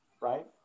right